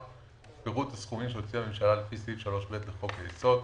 פירוט הסכומים שהוציאה הממשלה לפי סעיף 3ב לחוק היסוד,